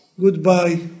Goodbye